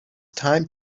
time